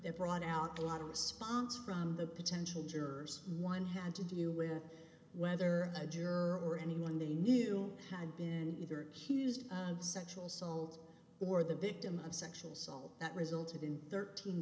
that brought out a lot of response from the potential jurors one had to do with whether the juror or anyone they knew had been either hughes of sexual assault or the victim of sexual assault that resulted in thirteen